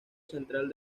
central